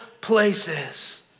places